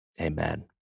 amen